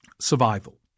survival